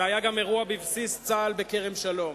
והיה גם אירוע בבסיס צה"ל בכרם-שלום.